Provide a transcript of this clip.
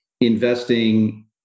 investing